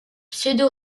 pseudo